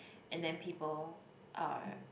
and then people are